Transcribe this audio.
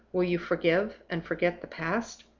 will you forgive and forget the past?